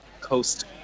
coast